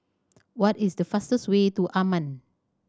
what is the fastest way to Amman